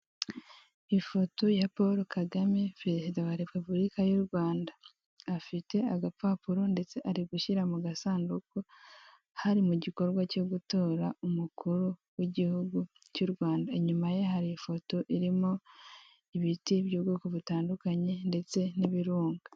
Ifoto ya polo kagame perezida wa repubulika y'urwanda, afite agapapuro ndetse ari gushyira mu gasanduku hari mu igikorwa cyo gutora umukuru w'igihugu cy'U Rwanda, inyuma ye hari ifoto irimo ibiti by'ubwoko butandukanye ndetse n'ibirunga